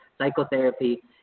psychotherapy